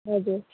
हजुर